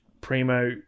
Primo